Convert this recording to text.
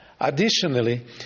Additionally